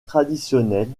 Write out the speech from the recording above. traditionnelle